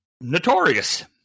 notorious